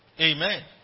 Amen